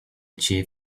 chief